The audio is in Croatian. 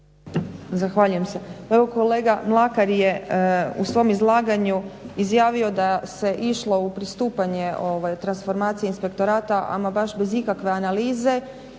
Zahvaljujem se. Pa evo kolega Mlakar je u svom izlaganju izjavio da se išlo u pristupanje transformaciji inspektorata ama baš bez ikakve analize